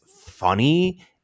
funny